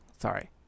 Sorry